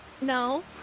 No